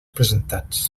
presentats